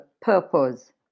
purpose